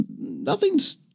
nothing's